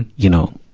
you know,